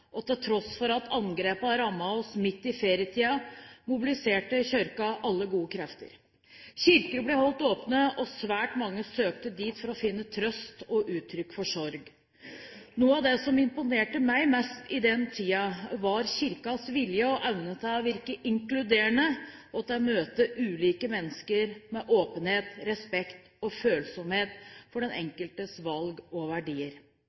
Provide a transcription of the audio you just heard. og krisehåndteringen. Til tross for at angrepene rammet oss midt i ferietiden, mobiliserte Kirken alle gode krefter. Kirker ble holdt åpne, og svært mange søkte dit for å finne trøst og uttrykke sorg. Noe av det som imponerte meg mest i den tiden, var Kirkens vilje og evne til å være inkluderende og til å møte ulike mennesker med åpenhet, respekt og følsomhet for den enkeltes valg og verdier.